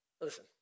Listen